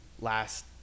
last